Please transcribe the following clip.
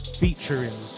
featuring